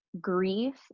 grief